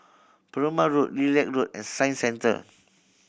Perumal Road Lilac Road and Science Centre